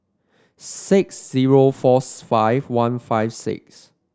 six zero fours five one five six